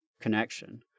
connection